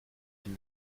ihn